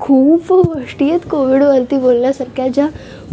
खूप गोष्टी आहेत कोव्हीडवरती बोलण्यासारख्या ज्या